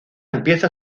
empieza